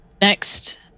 next